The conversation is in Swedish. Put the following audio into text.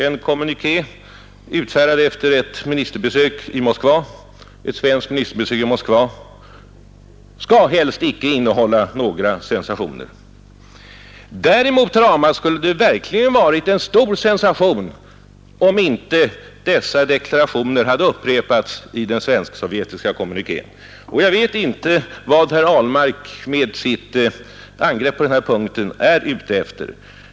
En kommuniké utfärdad efter ett svenskt ministerbesök i Moskva skall helst icke innehålla några sensationer. Däremot, herr Ahlmark, skulle det ha varit en stor sensation om dessa deklarationer inte hade upprepats i den svensk-sovjetiska kommunikén. Jag vet inte vad herr Ahlmark med sitt angrepp på denna punkt är ute efter.